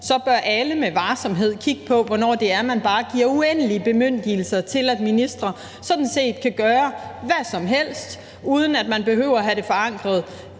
så bør alle med varsomhed kigge på, hvornår man bare giver uendelige bemyndigelser til, at ministre sådan set kan gøre hvad som helst, uden at de behøver at have det forankret